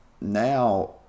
now